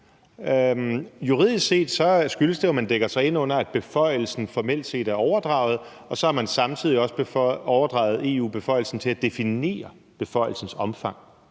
Juridisk set skyldes det jo, at man dækker sig ind under, at beføjelsen formelt set er overdraget, og så har man samtidig også overdraget EU beføjelsen til at definere beføjelsens omfang,